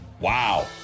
Wow